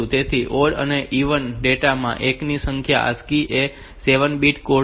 તેથી ઓડ કે even data માં 1 ની સંખ્યા ASCII એ 7 બીટ કોડ છે